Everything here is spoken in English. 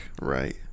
Right